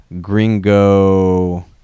gringo